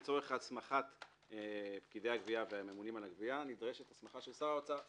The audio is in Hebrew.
לצורך הסמכת פקידי הגבייה והממונים על הגבייה נדרשת הסמכה של שר האוצר.